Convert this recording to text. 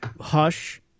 Hush